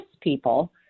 people